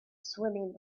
swimming